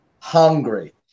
hungry